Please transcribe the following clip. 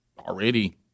already